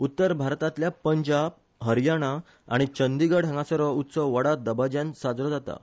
उत्तर भारतांतल्या पंजाब हरयाणा आनी चंदिगढ हांगासर हो उत्सव व्हडा दबाज्यान साजरो जाता